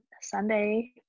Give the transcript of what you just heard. Sunday